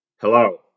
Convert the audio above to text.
Hello